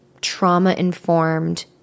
trauma-informed